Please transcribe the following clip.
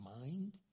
mind